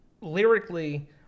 lyrically